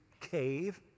cave